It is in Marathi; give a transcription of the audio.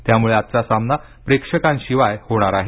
त्यामुळे आजचा सामना प्रेक्षकांशिवाय होणार आहे